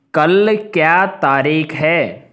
कल क्या तारीख है